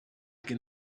can